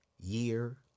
year